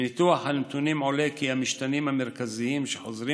מניתוח הנתונים עולה כי המשתנים המרכזיים שחוזרים